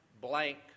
blank